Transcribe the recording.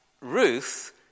Ruth